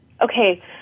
okay